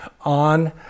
on